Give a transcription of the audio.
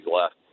left